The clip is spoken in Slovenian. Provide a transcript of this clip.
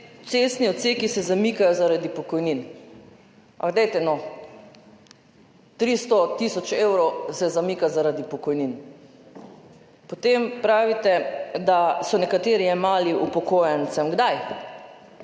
cestni odseki se zamikajo zaradi pokojnin, ampak dajte no, 300 tisoč evrov se zamika zaradi pokojnin. Potem pravite, da so nekateri jemali upokojencem. Kdaj?